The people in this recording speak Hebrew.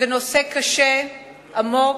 זה נושא קשה, עמוק,